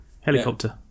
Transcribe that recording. Helicopter